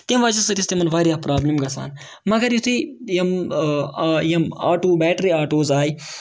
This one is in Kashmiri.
تٔمۍ وجہہ سۭتۍ ٲسۍ تِمن واریاہ پرابلِم گژھان گر یِتھُے یِتھُے یِم آٹوٗ بیٹری آٹوٗ آیہِ